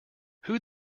who